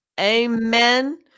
Amen